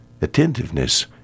attentiveness